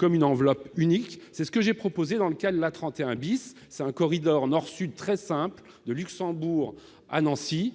dans une enveloppe unique. C'est ce que j'ai proposé dans le cas de l'A 31 ce corridor nord-sud très simple, allant de Luxembourg à Nancy,